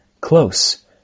close